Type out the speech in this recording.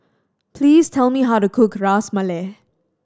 please tell me how to cook Ras Malai